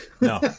no